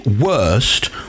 worst